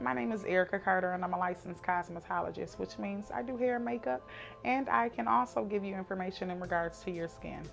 my name is eric carter and i'm a licensed cosmetologist which means i do here makeup and i can also give you information in regards to your s